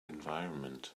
environment